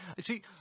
See